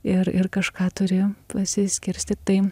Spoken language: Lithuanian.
ir ir kažką turi pasiskirstyt tai